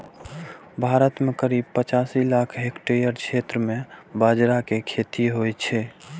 भारत मे करीब पचासी लाख हेक्टेयर क्षेत्र मे बाजरा के खेती होइ छै